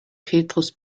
petrus